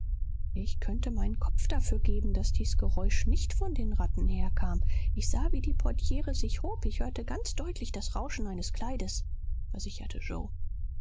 ich könnte meinen kopf dafür geben daß dies geräusch nicht von den ratten herkam ich sah wie die portiere sich hob ich hörte ganz deutlich das rauschen eines kleides versicherte yoe